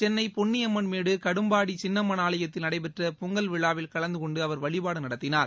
சென்னை பொன்னியம்மன்மேடு கடும்பாடி சின்னம்மன் ஆலயத்தில் நடைபெற்ற பொங்கல் விழாவில் கலந்து கொண்டு அவர் வழிபாடு நடத்தினார்